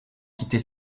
quitté